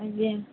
ଆଜ୍ଞା